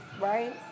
right